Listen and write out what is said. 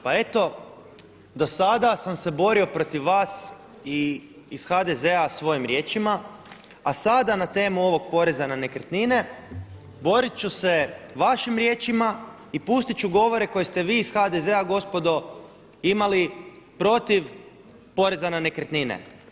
Pa eto do sada sam se borio protiv vas i iz HDZ-a svojim riječima, a sada na temu ovog poreza na nekretnine borit ću se vašim riječima i pustit ću govore koje ste vi iz HDZ-a gospodo imali protiv poreza na nekretnine.